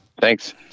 Thanks